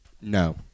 No